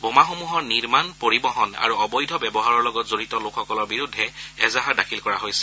বোমাসমূহৰ নিৰ্মণ পৰিবহণ আৰু অবৈধ ব্যৱহাৰৰ লগত জড়িত লোকসকলৰ বিৰুদ্ধে এজাহাৰ দাখিল কৰা হৈছে